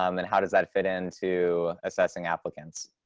um and how does that fit into assessing applicants?